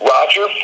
Roger